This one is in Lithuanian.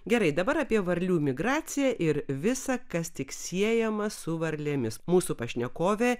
gerai dabar apie varlių migracija ir visa kas tik siejama su varlėmis mūsų pašnekovė